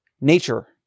nature